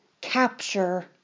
capture